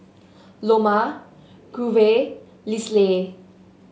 Loma Grover Leslie